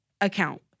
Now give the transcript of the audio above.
account